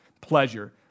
pleasure